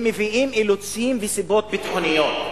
הם מביאים אילוצים וסיבות ביטחוניות.